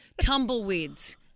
Tumbleweeds